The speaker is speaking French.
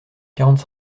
quarante